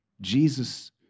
Jesus